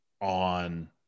on